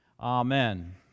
Amen